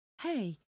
Hey